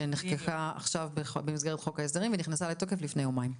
שנחקקה במסגרת חוק ההסדרים ונכנסה לתוקף לפני יומיים.